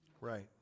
Right